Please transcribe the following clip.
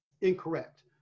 incorrect